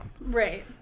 Right